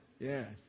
Yes